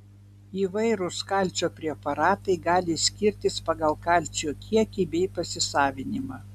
įvairūs kalcio preparatai gali skirtis pagal kalcio kiekį bei pasisavinimą